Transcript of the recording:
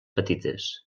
petites